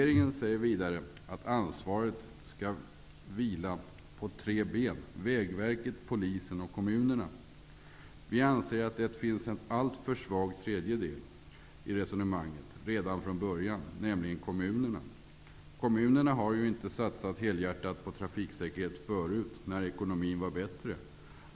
Vidare säger regeringen att ansvaret skall vila på tre ben: Vägverket, Polisen och kommunerna. Vi anser dock att den tredje delen redan från början varit alltför svag i resonemanget, nämligen kommunerna. Kommunerna satsade ju inte helhjärtat på trafiksäkerheten förut när ekonomin var bättre.